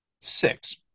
Six